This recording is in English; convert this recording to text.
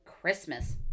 Christmas